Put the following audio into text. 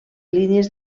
línies